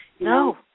No